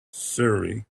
surrey